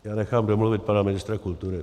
Já nechám domluvit pana ministra kultury.